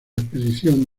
expedición